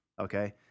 okay